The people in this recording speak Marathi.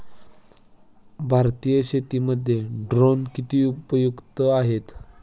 भारतीय शेतीमध्ये ड्रोन किती उपयुक्त आहेत?